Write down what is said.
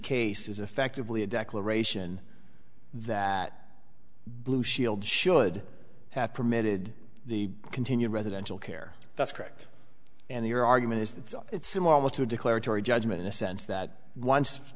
case is effectively a declaration that blue shield should have permitted the continued residential care that's correct and your argument is that it's similar to declaratory judgment in a sense that once